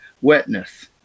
wetness